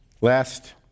last